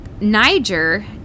niger